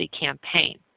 campaign